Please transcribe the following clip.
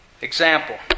Example